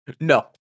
no